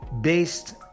based